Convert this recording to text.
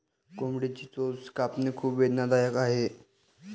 कोंबडीची चोच कापणे खूप वेदनादायक आहे